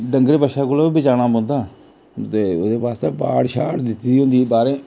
डंगर बच्छे कोला बी बचाना पौंदा दे ओह्दे बास्तै बाड़ शाड़ दित्ती होंदी ऐ बाह्रै